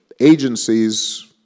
agencies